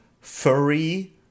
furry